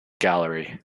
gallery